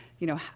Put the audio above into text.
you know,